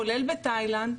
כולל בתאילנד,